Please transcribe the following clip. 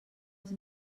els